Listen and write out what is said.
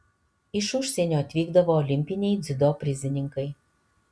iš užsienio atvykdavo olimpiniai dziudo prizininkai